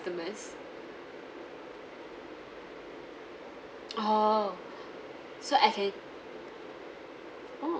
customers orh so I can oh